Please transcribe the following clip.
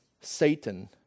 Satan